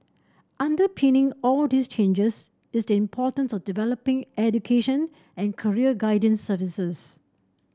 underpinning all these changes is the importance of developing education and career guidance services